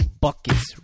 buckets